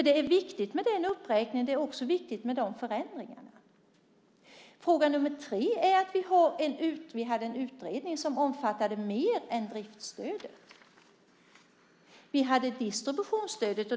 Det är viktigt med den uppräkningen och det är också viktigt med de förändringarna. Fråga nummer tre gäller utredningen som omfattade mer än driftsstödet, till exempel distributionsstödet.